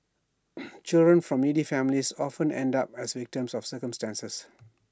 children from needy families often end up as victims of circumstance